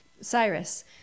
Cyrus